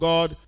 God